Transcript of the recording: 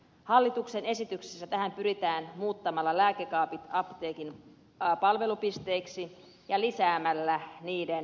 hallituksen esityksessä tähän pyritään muuttamalla lääkekaapit apteekin palvelupisteiksi ja lisäämällä niiden määrää